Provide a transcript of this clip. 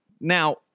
now